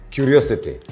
Curiosity